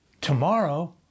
tomorrow